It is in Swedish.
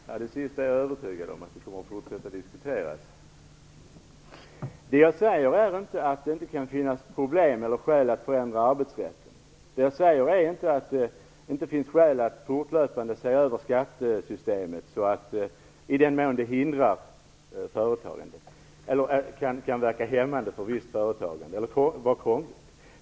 Herr talman! Det sistnämnda är jag övertygad om, att frågan kommer att fortsätta att diskuteras. Det jag säger är inte att det inte kan finnas problem eller skäl att förändra arbetssätten. Det jag säger är inte att det inte finns skäl att fortlöpande se över skattesystemet i den mån det hindrar företagandet, verkar hämmande på visst företagande eller är krångligt.